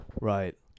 right